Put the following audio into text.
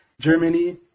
Germany